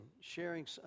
sharing